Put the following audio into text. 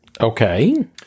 Okay